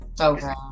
Okay